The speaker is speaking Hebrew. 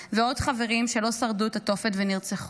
ועוד חברים שלא שרדו את התופת ונרצחו.